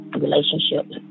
relationship